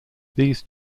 these